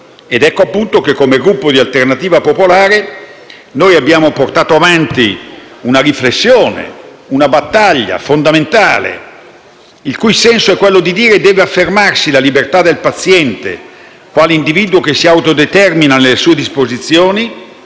sufficienti. Come Gruppo di Alternativa Popolare abbiamo portato avanti una riflessione, una battaglia fondamentale, il cui senso è quello di dire che deve affermarsi la libertà del paziente quale individuo che si autodetermina nelle sue disposizioni,